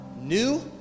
new